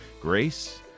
grace